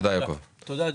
תודה, יעקב.